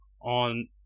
on